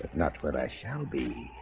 not what i shall be